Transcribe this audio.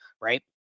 right